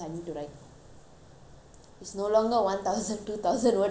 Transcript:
it's no longer one thousand two thousand word like you used to see me do anymore